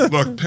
Look